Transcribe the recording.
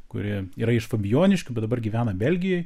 kuri yra iš fabijoniškių bet dabar gyvena belgijoj